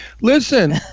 Listen